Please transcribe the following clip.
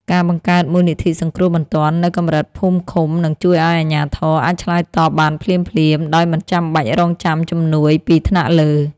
ការបង្កើតមូលនិធិសង្គ្រោះបន្ទាន់នៅកម្រិតភូមិឃុំនឹងជួយឱ្យអាជ្ញាធរអាចឆ្លើយតបបានភ្លាមៗដោយមិនបាច់រង់ចាំជំនួយពីថ្នាក់លើ។